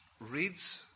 reads